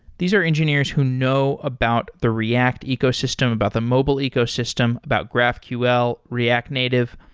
these are engineers who know about the react ecosystem, about the mobile ecosystem, about graphql, react native.